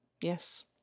Yes